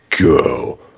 Go